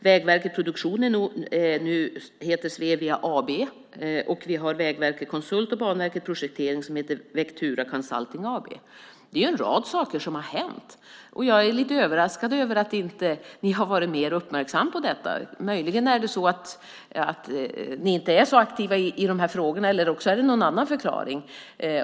Vägverket Produktion heter nu Svevia AB, och vi har Vägverket Konsult och Banverket Projektering som heter Vectura Consulting AB. Det är ju en rad saker som har hänt. Jag är lite överraskad över att ni inte har varit mer uppmärksamma på detta. Möjligen är det så att ni inte är så aktiva i de här frågorna, eller också finns det någon annan förklaring.